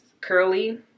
curly